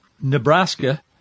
Nebraska